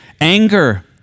anger